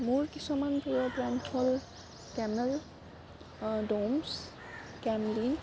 মোৰ কিছুমান প্ৰিয় ব্ৰেণ্ড হ'ল কেমেল ড'ম্চ কেমলি